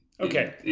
Okay